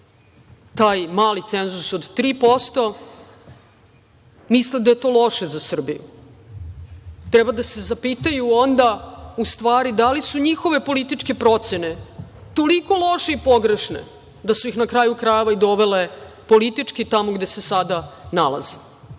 taj mali cenzus od 3%. Mislim da je to loše za Srbiju. Treba da se zapitaju onda u stvari da li su njihove političke procene toliko loše i pogrešne da su ih, na kraju krajeva, doveli politički tamo gde se sada nalaze. Još